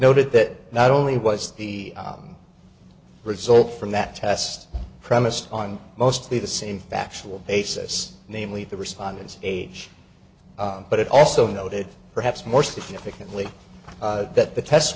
noted that not only was the result from that test premised on mostly the same factual basis namely the respondents age but it also noted perhaps more significantly that the test